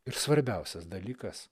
ir svarbiausias dalykas